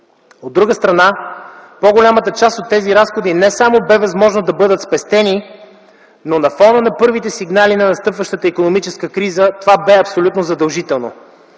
От друга страна по-голямата част от тези разходи не само бе възможно да бъдат спестени, но на фона на първите сигнали за настъпващата икономическа криза това бе абсолютно задължително.